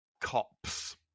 cops